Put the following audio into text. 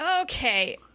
Okay